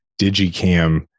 digicam